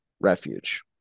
refuge